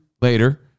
later